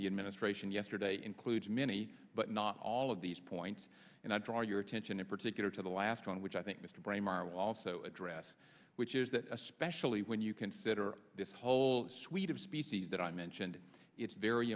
the administration yesterday includes many but not all of these points and i draw your attention in particular to the last one which i think mr braemar also addressed which is that especially when you consider this whole suite of species that i mentioned it's very